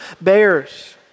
bears